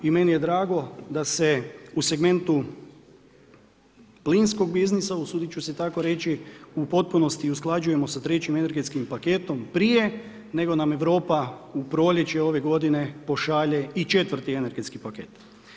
I meni je drago da se u segmentu plinskog biznisa, usudit ću se tako reći u potpunosti usklađujemo sa trećim energetskim paketom prije nego nam Europa u proljeće ove godine pošalje i četvrt energetski paket.